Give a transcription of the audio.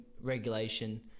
regulation